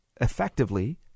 effectively